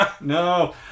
No